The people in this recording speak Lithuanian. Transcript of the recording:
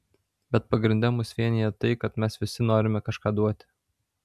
bet pagrinde mus vienija tai kad mes visi norime kažką duoti